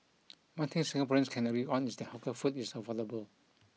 one thing Singaporeans can agree on is that hawker food is affordable